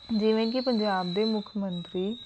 ਜਿਵੇਂ ਕਿ ਪੰਜਾਬ ਦੇ ਮੁੱਖ ਮੰਤਰੀ